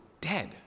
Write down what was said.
dead